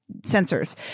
sensors